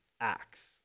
acts